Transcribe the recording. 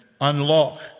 unlock